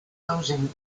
closing